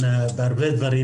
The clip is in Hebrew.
נעליים